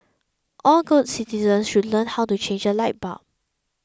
all good citizens should learn how to change a light bulb